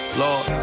lord